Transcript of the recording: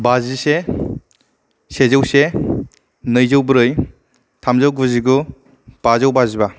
बाजिसे सेजौ से नैजौ ब्रै थामजौ गुजिगु बाजौ बाजिबा